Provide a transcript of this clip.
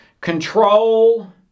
control